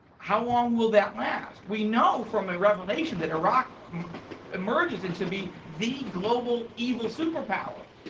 how long will that last? we know from a revelation that iraq emerges into be the global evil superpower,